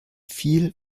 viel